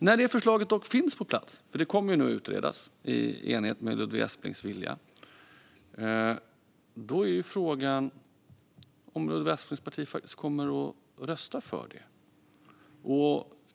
När förslaget finns på plats - det kommer att utredas i enlighet med Ludvig Asplings vilja - är frågan om Ludvig Asplings parti faktiskt kommer att rösta för det.